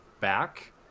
back